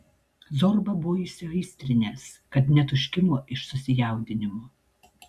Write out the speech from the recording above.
zorba buvo taip įsiaistrinęs kad net užkimo iš susijaudinimo